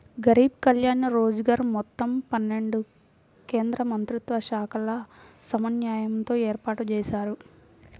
గరీబ్ కళ్యాణ్ రోజ్గర్ మొత్తం పన్నెండు కేంద్రమంత్రిత్వశాఖల సమన్వయంతో ఏర్పాటుజేశారు